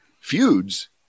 feuds